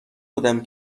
بودم